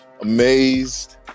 amazed